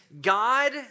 God